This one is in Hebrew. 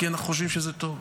כי אנחנו חושבים שזה טוב.